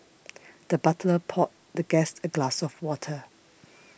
the butler poured the guest a glass of water